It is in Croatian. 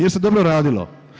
Jer se dobro radilo.